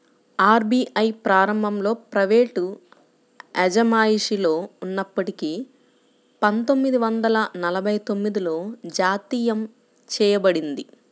RBI ప్రారంభంలో private అజమాయిషిలో ఉన్నప్పటికీ పందొమ్మిది వందల నలభై తొమ్మిదిలో జాతీయం చేయబడింది